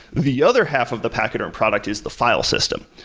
the other half of the pachyderm product is the file system,